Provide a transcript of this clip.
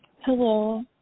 Hello